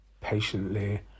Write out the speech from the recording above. Patiently